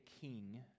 king